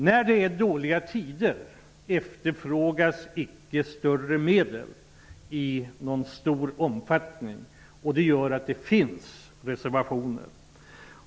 När det är dåliga tider efterfrågas inte mer pengar i nämnvärd utsträckning, och det gör att det finns reservationer.